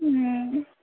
మ్మ్